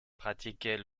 pratiquaient